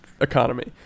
economy